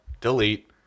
Delete